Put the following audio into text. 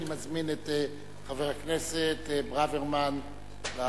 אני מזמין את חבר הכנסת אבישי ברוורמן לעלות,